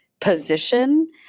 position